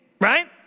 right